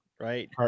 right